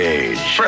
age